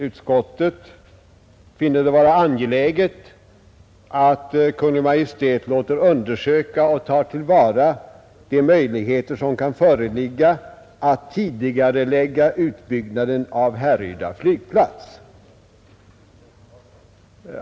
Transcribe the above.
Utskottet finner det vara angeläget ”att Kungl. Maj:t låter undersöka och tar tillvara de möjligheter som kan föreligga att tidigarelägga utbyggnaden av Härryda flygplats”.